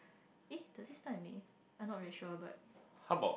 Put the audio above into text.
eh does it start in May I'm not very sure but